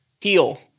heal